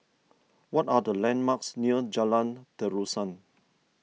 what are the landmarks near Jalan Terusan